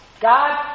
God